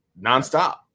nonstop